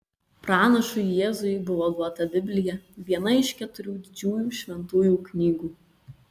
pranašui jėzui buvo duota biblija viena iš keturių didžiųjų šventųjų knygų